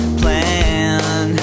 plan